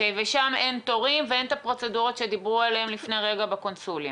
ושם אין תורים ואין את הפרוצדורות שדיברו עליהם לפני רגע בקונסוליה?